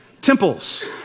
Temples